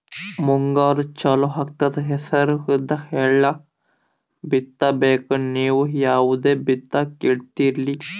ಮುಂಗಾರು ಚಾಲು ಆಗ್ತದ ಹೆಸರ, ಉದ್ದ, ಎಳ್ಳ ಬಿತ್ತ ಬೇಕು ನೀವು ಯಾವದ ಬಿತ್ತಕ್ ಹೇಳತ್ತೀರಿ?